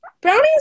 Brownie's